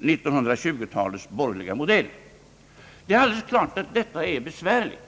1920-talets borgerliga modell. Det är alldeles klart att detta är besvärligt.